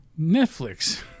Netflix